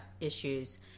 issues